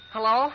Hello